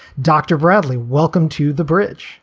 dr. bradley, welcome to the bridge